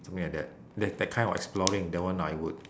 something like that that that kind of exploring that one I would